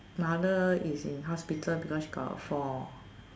mother is in hospital because she got a fall